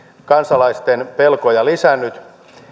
kansalaisten pelkoja lisännyt